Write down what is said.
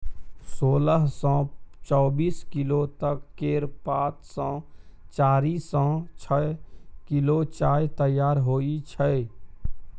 सोलह सँ चौबीस किलो तक केर पात सँ चारि सँ छअ किलो चाय तैयार होइ छै